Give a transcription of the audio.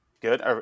good